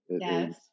Yes